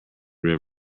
river